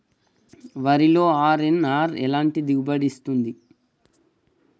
వరిలో అర్.ఎన్.ఆర్ ఎలాంటి దిగుబడి ఇస్తుంది?